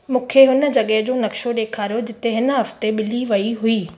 मुखे हुन जॻह जो नक्शो ॾेखारियो जिते हिन हफ्ते ॿिली वई हुई